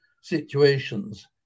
situations